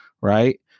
Right